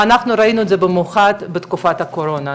אנחנו ראינו את זה במיוחד בתקופת הקורונה,